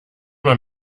man